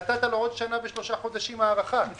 נתת לו עוד שנה ושלושה חודשים הארכה, אבל